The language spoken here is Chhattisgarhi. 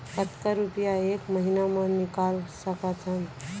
कतका रुपिया एक महीना म निकाल सकथन?